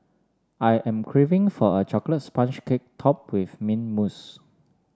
I am craving for a chocolate sponge cake top with mint mousse